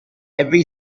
every